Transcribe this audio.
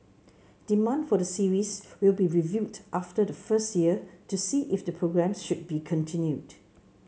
demand for the series will be reviewed after the first year to see if the programmes should be continued